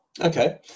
Okay